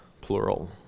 plural